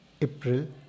April